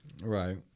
Right